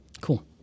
Cool